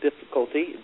difficulty